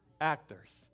Actors